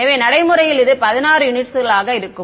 எனவே நடைமுறையில் இது 16 யூனிட்ஸ்களாக ஆக இருக்கும்